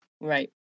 Right